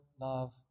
love